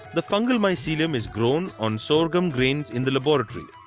the fungal mycelium is grown on sorghum grains in the laboratory.